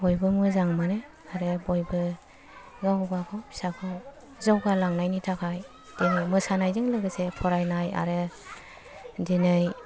बयबो मोजां मोनो आरो बयबो गाव गाव फिसाखौ जौगालांनायनि थाखाय मोसानायजों लोगोसे फरायनाय आरो दिनै